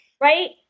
Right